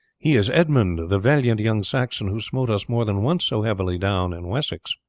he is edmund, the valiant young saxon who smote us more than once so heavily down in wessex.